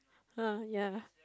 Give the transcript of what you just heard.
oh ya